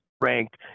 ranked